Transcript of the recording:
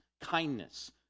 kindness